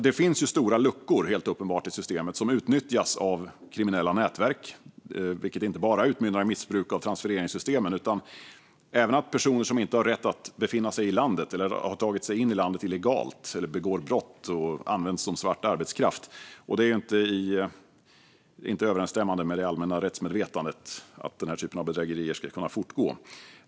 Det finns alltså helt uppenbart stora luckor i systemet, som utnyttjas av kriminella nätverk, vilket inte bara utmynnar i missbruk av transfereringssystemen utan även innebär att vi har personer i landet som inte har rätt att befinna sig här eller som har tagit sig in i landet illegalt eller begår brott eller används som svart arbetskraft. Det är inte överensstämmande med det allmänna rättsmedvetandet att denna typ av bedrägerier kan fortgå.